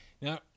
now